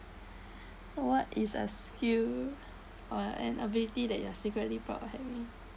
what is a skill or an ability that you are secretly proud of having